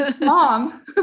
Mom